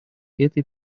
этой